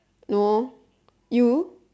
no you